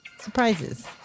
surprises